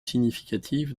significatives